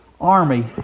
army